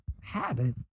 habit